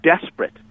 desperate